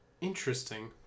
Interesting